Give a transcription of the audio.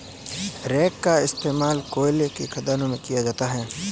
rake का इश्तेमाल कोयले के खदानों में भी किया जाता है